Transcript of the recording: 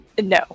No